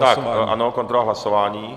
Ano, kontrola hlasování.